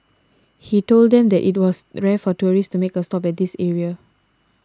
he told them that it was rare for tourists to make a stop at this area